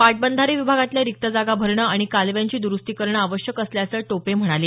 पाटबंधारे विभागातल्या रिक्त जागा भरणं आणि कालव्यांची दरुस्ती करणं आवश्यक असल्याचं टोपे म्हणाले